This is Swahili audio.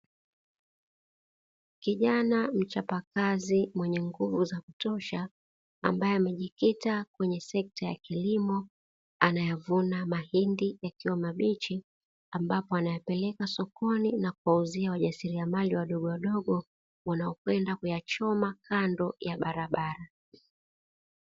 Kijana mchapakazi mwenye nguvu za kutosha ambaye amejikita kwenye sekta ya kilimo, anayavuna mahindi yakiwa mabichi ambapo anayapeleka sokoni na kuwauzia wajasiriamali wadogowadogo wanaokwenda kuyachoma kando ya barabara.